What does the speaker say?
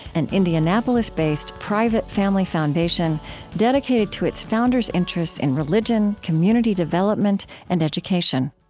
an indianapolis-based, private family foundation dedicated to its founders' interests in religion, community development, and education